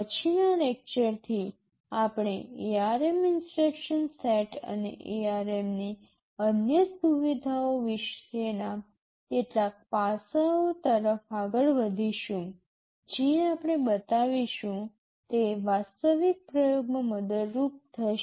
પછીના લેક્ચર થી આપણે ARM ઇન્સટ્રક્શન સેટ અને ARM ની અન્ય સુવિધાઓ વિશેના કેટલાક પાસાઓ તરફ આગળ વધીશું જે આપણે બતાવીશું તે વાસ્તવિક પ્રયોગમાં મદદરૂપ થશે